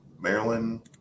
maryland